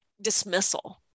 dismissal